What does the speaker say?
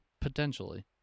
potentially